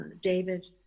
David